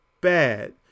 bad